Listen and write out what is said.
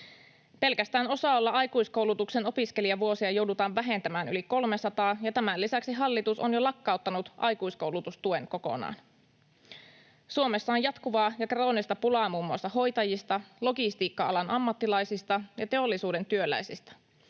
Pelkästään OSAOlla aikuiskoulutuksen opiskelijavuosia joudutaan vähentämään yli 300, ja tämän lisäksi hallitus on jo lakkauttanut aikuiskoulutustuen kokonaan. Suomessa on jatkuvaa ja kroonista pulaa muun muassa hoitajista, logistiikka-alan ammattilaisista ja teollisuuden työläisistä,